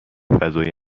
فضای